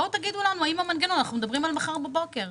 בואו תגידו לנו האם במנגנון אנחנו מדברים על מחר בבוקר,